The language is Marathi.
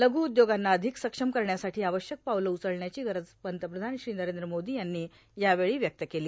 लघू उद्योगांना अधिक सक्षम करण्यासाठी आवश्यक पावलं उचलण्याची गरज पंतप्रधान श्री नरेंद्र मोदी यांनी यावेळी व्यक्त केली